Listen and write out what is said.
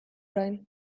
orain